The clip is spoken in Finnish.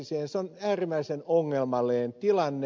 se on äärimmäisen ongelmallinen tilanne